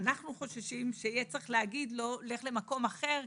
חוששים שיהיה צריך להגיד לו: לך למקום אחר,